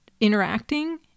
interacting